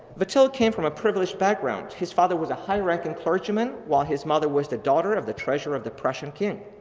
vattel came from a privilege background. his father was a high ranking clergyman while his mother was the daughter of the treasure of prussian king.